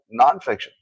nonfiction